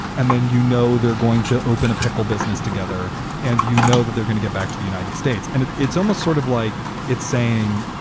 and then, you know, they're going to open a pickle business together and you know that they're going to get back to the united states. and it's it's almost sort of like it's saying,